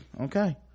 okay